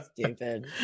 stupid